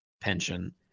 pension